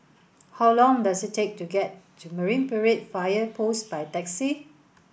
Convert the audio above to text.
how long does it take to get to Marine Parade Fire Post by taxi